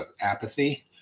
apathy